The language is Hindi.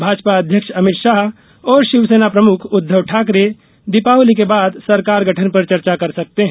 भाजपा अध्यक्ष अभित शाह और शिवसेना प्रमुख उद्वव ठाकरे दीपावली के बाद सरकार गठन पर चर्चा कर सकते हैं